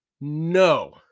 no